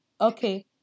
Okay